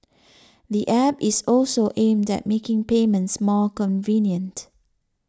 the App is also aimed at making payments more convenient